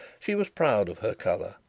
she was proud of her colour,